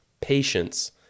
patience